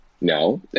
No